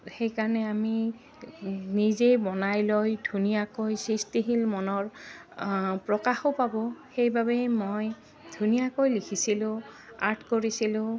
সেইকাৰণে আমি নিজেই বনাই লৈ ধুনীয়াকৈ সৃষ্টিশীল মনৰ প্ৰকাশো পাব সেইবাবেই মই ধুনীয়াকৈ লিখিছিলোঁ আৰ্ট কৰিছিলোঁ